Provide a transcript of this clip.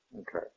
Okay